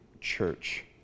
church